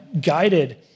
guided